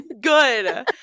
Good